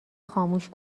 خاموش